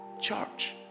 Church